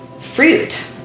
fruit